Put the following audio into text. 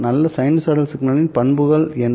நல்ல சைனூசாய்டல் சிக்னலின் பண்புகள் என்ன